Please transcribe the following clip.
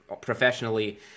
professionally